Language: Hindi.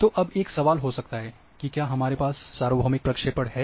तो अब एक सवाल हो सकता है कि क्या हमारे पास सार्वभौमिक प्रक्षेपण है